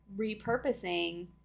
repurposing